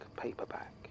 paperback